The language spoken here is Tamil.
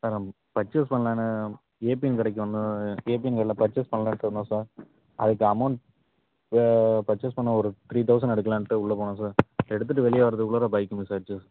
சார் நான் பர்ச்சேஸ் பண்ணலான்னு ஏடிஎம் கடைக்கு வந்து ஏடிஎம் கார்டுல பர்ச்சேஸ் பண்ணலான்ட்டு இருந்தோம் சார் அதுக்கு அமௌண்ட் பர்ச்சேஸ் பண்ண ஒரு த்ரீ தௌசண்ட் எடுக்கலான்ட்டு உள்ளே போனேன் சார் எடுத்துவிட்டு வெளியே வரவதுக்குள்ளார பைக்கு மிஸ் ஆகிடுச்சு